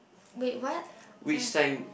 wait what